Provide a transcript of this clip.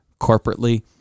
corporately